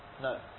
No